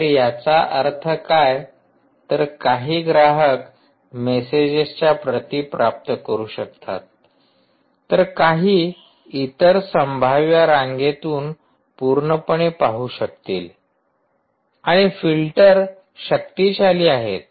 तर याचा अर्थ काय तर काही ग्राहक मेसेजेसच्या प्रती प्राप्त करू शकता तर काही इतर संभाव्य रांगेतून पूर्णपणे पाहू शकतील आणि फिल्टर शक्तिशाली आहेत